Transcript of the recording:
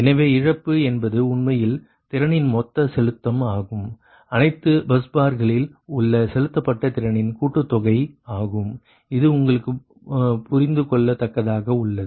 எனவே இழப்பு என்பது உண்மையில் திறனின் மொத்த செலுத்தம் ஆகும் அனைத்து பஸ்பார்களில் உள்ள செலுத்தப்பட்ட திறனின் கூட்டுத்தொகை ஆகும் இது உங்களுக்கு புரிந்து கொள்ளத்தக்கதாக உள்ளது